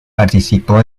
participó